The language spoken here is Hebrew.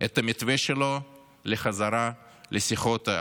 את המתווה שלו לחזרה להידברות.